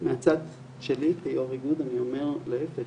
מהצד שלי כיושב ראש איגוד אני אומר להיפך,